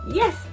yes